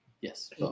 Yes